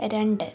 രണ്ട്